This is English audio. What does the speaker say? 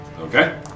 Okay